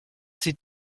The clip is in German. sieht